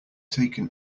taken